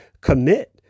commit